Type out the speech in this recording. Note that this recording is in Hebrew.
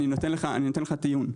אני מציג את הטיעון.